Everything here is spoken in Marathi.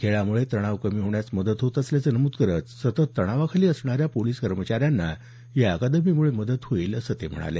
खेळामुळे तणाव कमी होण्यास मदत होत असल्याचं नमूद करत सतत तणावाखाली असणाऱ्या पोलिस कर्मचाऱ्यांना या अकादमीमुळे मदत होईल असं मुख्यमंत्री म्हणाले